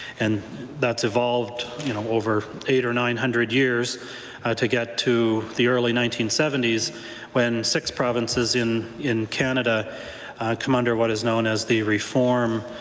and that's evolved you know over eight or nine hundred years to get to the early nineteen seventy s when six provinces in in canada come under what is known as the reform,